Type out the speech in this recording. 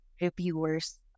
reviewers